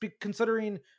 considering